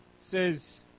says